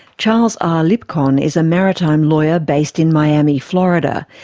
charles r. lipcon is a maritime lawyer based in miami, florida.